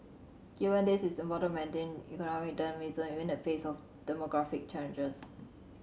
given this it is important to maintain economic dynamism even in the face of demographic challenges